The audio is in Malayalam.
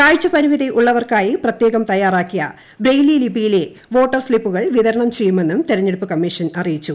കാഴ്ച പരിമിതി ഉള്ളവർക്കായി പ്രത്യേകം തയ്യാറാക്കിയ ബ്രെയ്ലി ലിപിയിലെ വോട്ടർസ്തിപ്പുകൾ വിതരണം ചെയ്യുമെന്നും തെരഞ്ഞെടുപ്പ് കമ്മീഷൻ അറിയിച്ചു